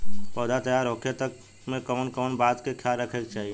पौधा तैयार होखे तक मे कउन कउन बात के ख्याल रखे के चाही?